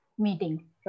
meeting